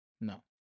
No